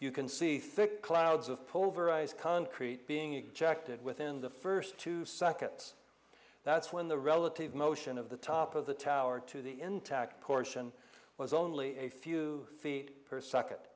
you can see thick clouds of pull over eyes concrete being exacted within the first two seconds that's when the relative motion of the top of the tower to the intact portion was only a few feet per s